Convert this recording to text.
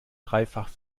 dreifach